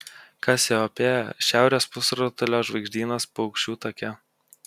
kasiopėja šiaurės pusrutulio žvaigždynas paukščių take